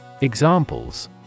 Examples